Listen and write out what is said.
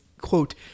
quote